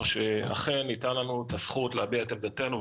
שאכן ניתנה לנו הזכות להביע את עמדתנו,